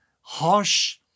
harsh